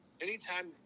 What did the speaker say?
Anytime